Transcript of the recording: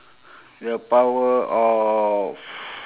the power of